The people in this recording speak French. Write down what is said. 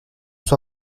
soi